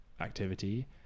activity